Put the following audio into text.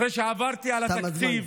אחרי שעברתי על התקציב,